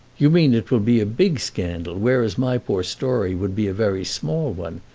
you mean it will be a big scandal, whereas my poor story would be a very small one,